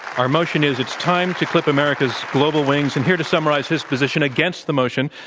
our motion is it's time to clip america's global wings. and here to summarize his position against the motion,